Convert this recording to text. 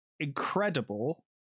incredible